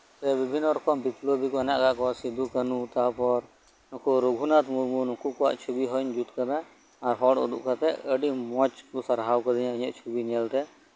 ᱵᱤᱵᱷᱤᱱᱱᱚ ᱨᱚᱠᱚᱢ ᱵᱤᱯᱞᱚᱵᱤ ᱠᱚ ᱦᱮᱱᱟᱜ ᱠᱟᱜ ᱠᱚᱣᱟ ᱥᱤᱫᱩᱼᱠᱟᱱᱩ ᱛᱟᱨᱯᱚᱨ ᱱᱩᱠᱩ ᱨᱚᱜᱷᱩᱱᱟᱛᱷ ᱢᱩᱨᱢᱩ ᱱᱩᱠᱩ ᱠᱚᱣᱟᱜ ᱪᱷᱚᱵᱤᱦᱚᱸᱧ ᱡᱩᱛ ᱠᱟᱫᱟ ᱟᱨ ᱦᱚᱲ ᱩᱫᱩᱜ ᱠᱟᱛᱮ ᱟᱹᱰᱚ ᱢᱚᱸᱡ ᱠᱩ ᱥᱟᱨᱦᱟᱣ ᱠᱟᱹᱫᱤᱧᱟ ᱤᱧᱟᱹᱜ ᱪᱷᱚᱵᱤ ᱧᱮᱞ ᱨᱮ